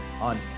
on